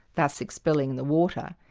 thus expelling the water,